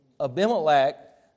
Abimelech